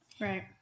right